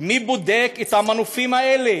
מי בודק את המנופים האלה.